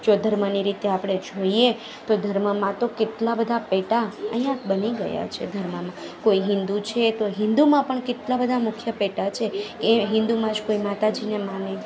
જો ધર્મની રીતે આપણે જોઈએ તો ધર્મમાં તો કેટલા બધા પેટા અહીંયા બની ગયા છે ધર્મમાં કોઈ હિન્દુ છે તો હિન્દુમાં પણ કેટલા બધા મુખ્ય પેટા છે એ હિન્દુમાં જ કોઈ માતાજીને માને